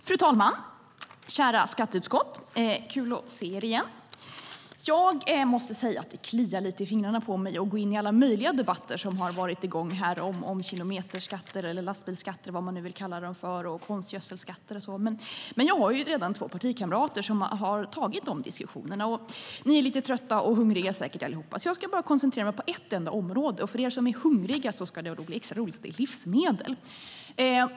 Fru talman och kära skatteutskott! Det är kul att se er igen. Det kliar lite i fingrarna på mig att gå in i alla möjliga debatter som varit här om kilometerskatter, lastbilsskatter, eller vad man nu vill kalla det för, och konstgödselskatter. Men jag har redan två partikamrater som tagit de diskussionerna. Ni är säkert lite trötta och hungriga allihop. Jag ska koncentrera mig på ett enda område. För er som är hungriga blir det extra roligt att det är livsmedel.